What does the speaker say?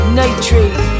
nitrate